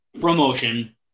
promotion